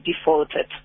defaulted